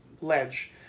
ledge